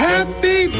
Happy